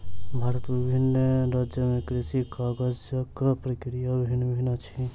भारतक विभिन्न राज्य में कृषि काजक प्रक्रिया भिन्न भिन्न अछि